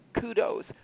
kudos